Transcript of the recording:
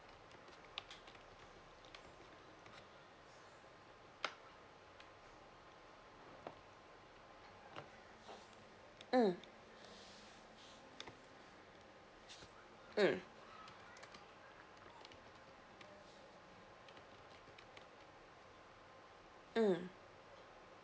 mm mm mm